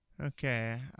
Okay